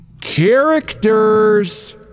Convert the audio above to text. Characters